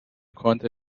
konnte